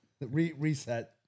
Reset